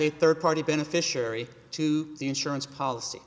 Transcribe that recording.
a third party beneficiary to the insurance policy